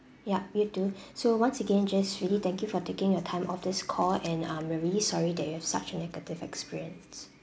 yup you too so once again just really thank you for taking your time off this call and um we're really sorry that you have such a negative experience